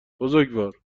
بزرگوار